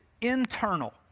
internal